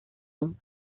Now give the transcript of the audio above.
ans